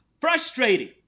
Frustrating